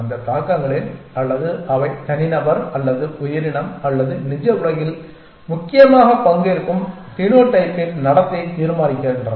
அந்த தாக்கங்களில் அல்லது அவை தனிநபர் அல்லது உயிரினம் அல்லது நிஜ உலகில் முக்கியமாக பங்கேற்கும் பினோடைப்பின் நடத்தை தீர்மானிக்கின்றன